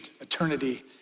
eternity